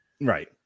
right